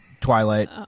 Twilight